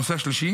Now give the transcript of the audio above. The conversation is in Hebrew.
הנושא השלישי